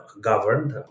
governed